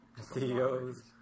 CEOs